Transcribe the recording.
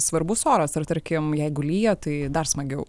svarbus oras ar tarkim jeigu lyja tai dar smagiau